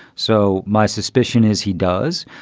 so my suspicion is he does.